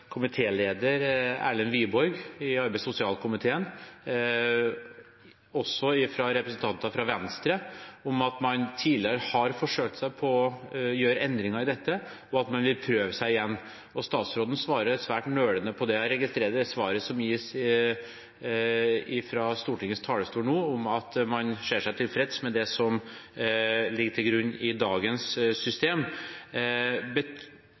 Erlend Wiborg i arbeids- og sosialkomiteen, og også fra representanter fra Venstre, om at man tidligere har forsøkt seg på å gjøre endringer i dette, og at man vil prøve seg igjen. Statsråden svarer svært nølende på det. Jeg registrerer det svaret som gis fra Stortingets talerstol nå, om at man ser seg tilfreds med det som ligger til grunn i dagens